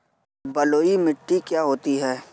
बलुइ मिट्टी क्या होती हैं?